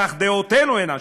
כך דעותינו אינן שוות.